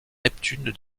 neptune